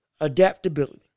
adaptability